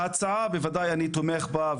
ההצעה בוודאי אני תומך בה,